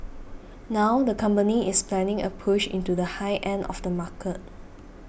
now the company is planning a push into the high end of the market